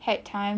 of course